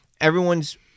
everyone's –